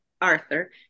Arthur